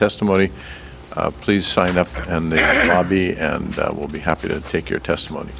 testimony please sign up and they will be and will be happy to take your testimony